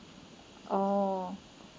oh